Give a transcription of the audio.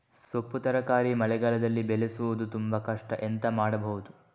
ಸೊಪ್ಪು ತರಕಾರಿ ಮಳೆಗಾಲದಲ್ಲಿ ಬೆಳೆಸುವುದು ತುಂಬಾ ಕಷ್ಟ ಎಂತ ಮಾಡಬಹುದು?